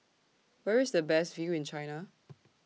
Where IS The Best View in China